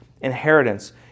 inheritance